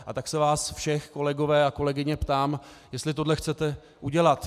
A tak se vás všech, kolegyně a kolegové, ptám, jestli tohle chcete udělat.